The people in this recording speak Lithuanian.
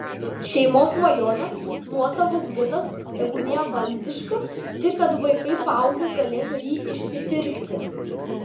šeimos svajonė nuosavas butas tebūnie valdiškas tik kad vaikai paaugę galėtų jį išsipirkti